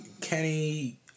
Kenny